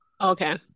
Okay